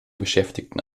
beschäftigten